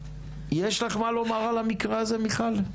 יש לך מה לומר על המקרה הזה מיכל?